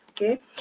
okay